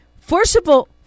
forcible